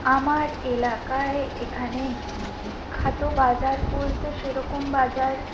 আমার এলাকায় এখানে বিখ্যাত বাজার বলতে সেরকম বাজার